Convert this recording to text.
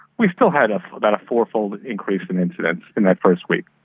we still had about a four-fold increase in incidents in that first week.